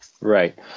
Right